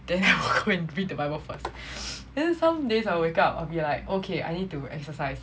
then I will go and read the bible first then some days I wake up I'll be like okay I need to exercise